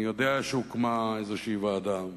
אני יודע שהוקמה איזושהי ועדה,